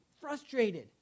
frustrated